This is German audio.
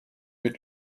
mit